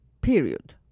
period